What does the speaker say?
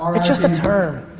um it's just a term.